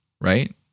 right